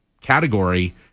category